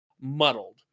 muddled